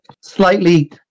slightly